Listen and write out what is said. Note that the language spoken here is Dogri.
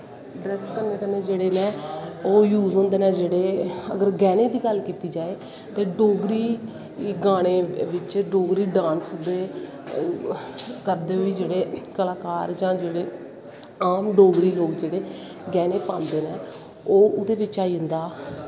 ड्रैस कन्नै कन्नै ओह् यूस होंदे नै अगर गैह्नें दी गल्ल कीती जाए ते डोगरी गानें बिच्च डोगरी डांस दे करदे बी जेह्ड़े कलाकार जां आम डोगरी लोग जेह्ड़े गैह्नें पांदे नै ओह् ओह्दे बिच्च आई जंदा